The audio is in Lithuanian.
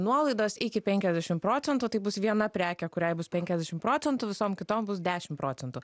nuolaidos iki penkiasdešimt procentų tai bus viena prekė kuriai bus penkiasdešimt procentų visom kitom bus dešimt procentų